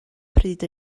pryd